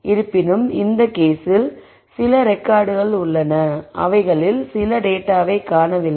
இருப்பினும் இந்த கேஸில் சில ரெக்கார்ட்கள் உள்ளன அவைகளில் சில டேட்டாவை காணவில்லை